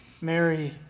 Mary